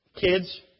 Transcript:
kids